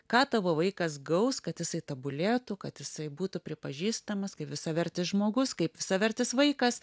ką tavo vaikas gaus kad jisai tobulėtų kad jisai būtų pripažįstamas kaip visavertis žmogus kaip visavertis vaikas